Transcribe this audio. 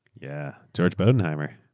yeah. george bodenheimer.